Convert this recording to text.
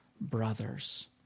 brothers